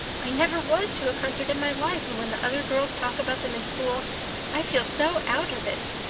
i never was to a concert in my life, and when the other girls talk about them in school i feel so out of it.